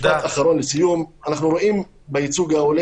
משפט אחרון לסיום אנחנו רואים בייצוג הולם